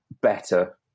better